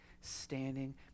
standing